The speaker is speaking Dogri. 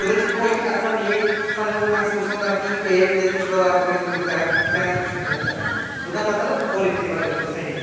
ओह्दे च कोई असें गी नेईं मैहसूस होंदा कि एह्दे च कुछ बदलाव करने दी जरूरत ऐ जां एह्दे च कुछ गलत ऐ एह्दा मतलब ओह् रिती रवाज बिल्कुल स्हेई ऐ